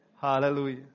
Hallelujah